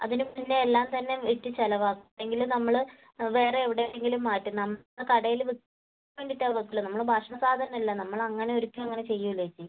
അതിന് മുന്നേ എല്ലാം തന്നെ വിറ്റ് ചിലവാക്കും അല്ലെങ്കിൽ നമ്മൾ വേറെ എവിടേക്കെങ്കിലും മാറ്റും നമ്മളെ കടയില് വിൽക്കാൻ വേണ്ടിയിട്ട് അത് വയ്ക്കില്ല നമ്മൾ ഭക്ഷണ സാധനം അല്ലേ നമ്മൾ അങ്ങനെ ഒരിക്കലും അങ്ങനെ ചെയ്യില്ല ചേച്ചി